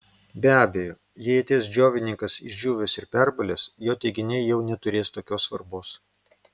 be abejo jei ateis džiovininkas išdžiūvęs ir perbalęs jo teiginiai jau neturės tokios svarbos